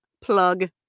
plug